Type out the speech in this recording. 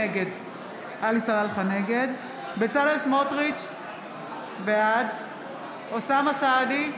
נגד בצלאל סמוטריץ' בעד אוסאמה סעדי,